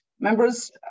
Members